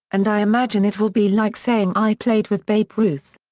and i imagine it will be like saying i played with babe ruth.